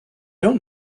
don’t